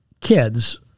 kids